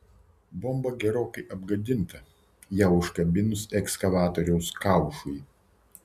bomba gerokai apgadinta ją užkabinus ekskavatoriaus kaušui